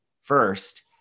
first